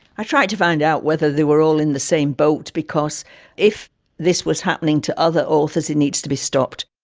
i tried to find out whether they were all in the same boat, because if this was happening to other authors, it needs to be stopped.